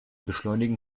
beschleunigen